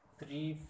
three